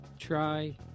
try